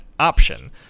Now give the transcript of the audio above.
option